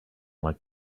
like